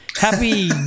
happy